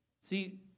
See